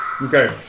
Okay